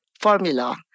formula